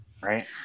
Right